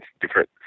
different